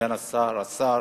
סגן השר, השר,